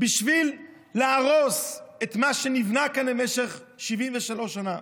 בשביל להרוס את מה שנבנה כאן במשך 73 שנה.